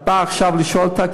את באה עכשיו לשאול אותי?